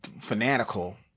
fanatical